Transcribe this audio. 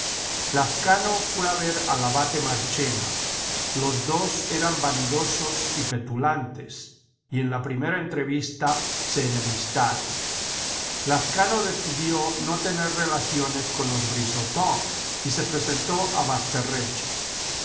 parís lazcano fué a ver al abate marchena los dos eran vanidosos y petulantes y en la primera entrevista se enemistaron lazcano decidió no tener relaciones con los bri sote y se presentó a